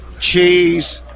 cheese